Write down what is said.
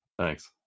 Thanks